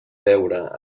veure